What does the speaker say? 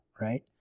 right